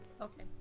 Okay